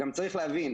גם צריך להבין.